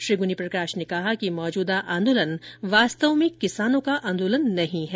श्री गुनी प्रकाश ने कहा कि मौजूदा आंदोलन वास्तव में किसानों का आंदोलन नहीं है